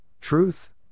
truth